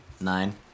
Nine